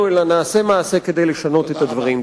אלא נעשה מעשה כדי לשנות את הדברים.